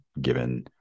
given